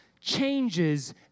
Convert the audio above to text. changes